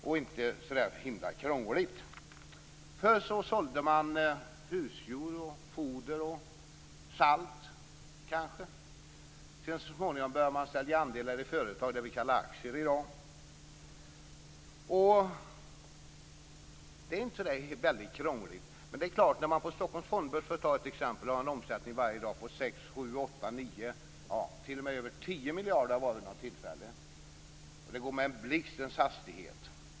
Det är inte så krångligt. Förr sålde man husdjur, foder och salt. Så småningom började man sälja andelar i företag, dvs. det vi i dag kallar aktier. Det är inte så krångligt. Stockholms Fondbörs har en omsättning på 6-10 miljarder varje dag. Det hela går med blixtens hastighet.